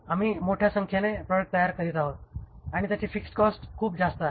आम्ही मोठ्या संख्येने प्रॉडक्ट तयार करीत आहोत आणि त्याची फिक्स्ड कॉस्ट खूप जास्त आहे